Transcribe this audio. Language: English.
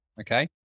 Okay